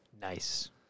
Nice